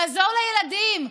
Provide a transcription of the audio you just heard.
לעזור לילדים,